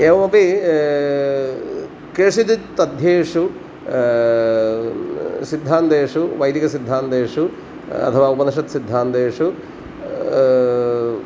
एवमपि केषुचित् पद्येषु सिद्धान्तेषु वैदिकसिद्धान्तेषु अथवा उपनिषत्सिद्धान्तेषु